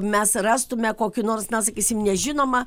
mes rastume kokių nors na sakysim nežinomą